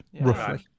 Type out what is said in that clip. roughly